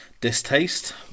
distaste